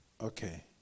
Okay